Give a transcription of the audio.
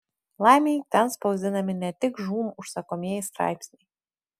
laimei ten spausdinami ne tik žūm užsakomieji straipsniai